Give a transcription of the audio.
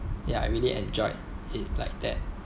ya I really enjoyed it like that